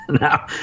now